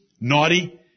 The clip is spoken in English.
naughty